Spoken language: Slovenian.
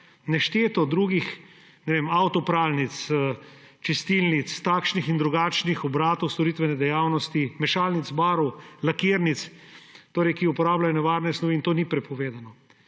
bencinskih črpalk, nešteto avtopralnic, čistilnic, takšnih in drugačnih obratov storitvene dejavnosti, mešalnic barv, lakirnic, ki uporabljajo nevarne snovi. In to ni prepovedano.